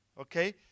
Okay